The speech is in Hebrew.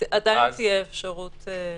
עדיין תהיה אפשרות.